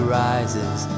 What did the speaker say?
rises